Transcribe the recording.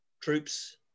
troops